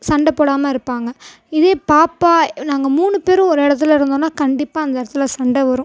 சண்டை போடாமல் இருப்பாங்க இதே பாப்பா நாங்கள் மூணு பேரும் ஒரு இடத்தில் இருத்தோம்னால் கண்டிப்பாக அந்த இடத்தில் சண்டை வரும்